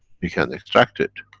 you can extract it.